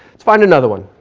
let's find another one.